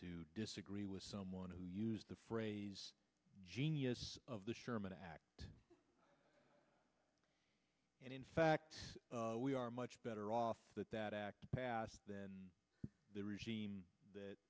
to disagree with someone who used the phrase genius of the sherman act and in fact we are much better off that that past then the regime that